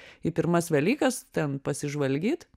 į pirmas velykas ten pasižvalgyt